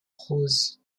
rose